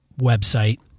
website